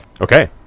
Okay